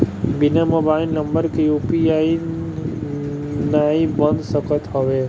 बिना mobile number के UPI नाइ बन सकत हवे